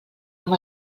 amb